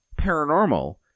paranormal